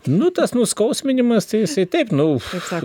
nu tas nuskausminimas tai jisai taip nu